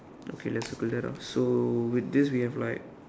okay let's circle that ah so with this we have like